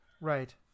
Right